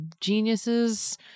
geniuses